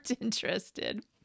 interested